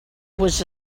was